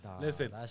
listen